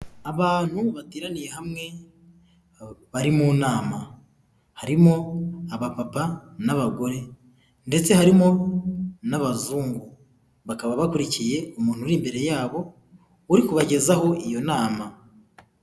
Abantu bateraniye hamwe bari mu nama harimo abapapa n'abagore ndetse harimo n'abazungu bakaba bakurikiye umuntu uri imbere yabo uri kubagezaho iyo nama.